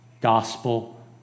gospel